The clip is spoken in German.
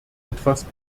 etwas